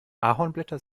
ahornblätter